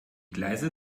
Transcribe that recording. gleise